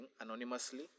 anonymously